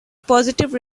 positive